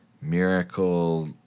Miracle